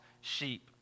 sheep